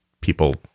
people